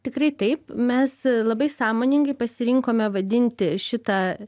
tikrai taip mes labai sąmoningai pasirinkome vadinti šitą